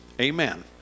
Amen